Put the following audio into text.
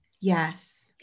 Yes